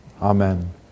Amen